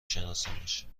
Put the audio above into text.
شناسمش